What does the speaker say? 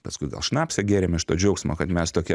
paskui gal šnapsą gėrėm iš to džiaugsmo kad mes tokie